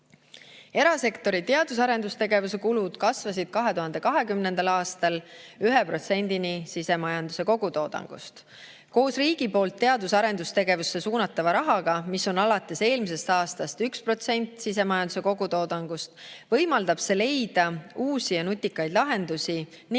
Erasektori teadus- ja arendustegevuse kulud kasvasid 2020. aastal 1%-ni sisemajanduse kogutoodangust. Koos riigi poolt teadus- ja arendustegevusse suunatava rahaga, mis on alates eelmisest aastast 1% sisemajanduse kogutoodangust, võimaldab see leida uusi ja nutikaid lahendusi ning